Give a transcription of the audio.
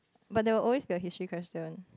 but there were always got history question